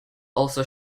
also